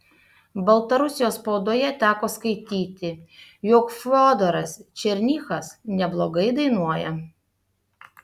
baltarusijos spaudoje teko skaityti jog fiodoras černychas neblogai dainuoja